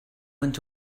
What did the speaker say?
went